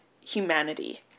humanity